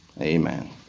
Amen